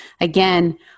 again